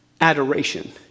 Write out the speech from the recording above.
adoration